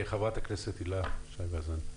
ח"כ הילה שי-וזאן.